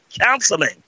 counseling